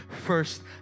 first